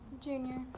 Junior